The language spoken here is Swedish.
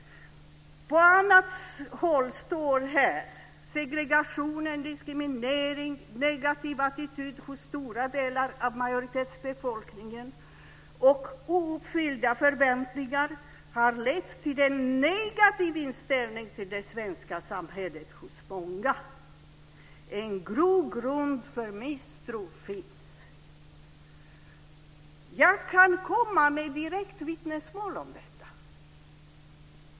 På annat håll står det att segregation, diskriminering, negativ attityd hos stora delar av majoritetsbefolkningen och ouppfyllda förväntningar har lett till en negativ inställning till det svenska samhället hos många. En grogrund för misstro finns. Jag kan komma med ett direkt vittnesmål om detta.